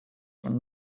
when